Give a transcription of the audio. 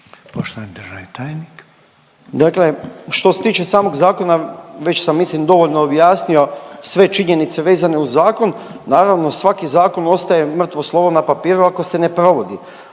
Poštovani državni tajnik. **Nekić, Darko** Dakle što se tiče samog zakona, već sam, mislim, dovoljno objasnio, sve činjenice vezano uz zakon. Naravno, svaki zakon ostaje mrtvo slovo na papiru ako se ne provodi.